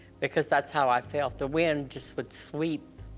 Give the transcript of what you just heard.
because that's how i felt. the wind just would sweep.